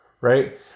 right